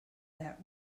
that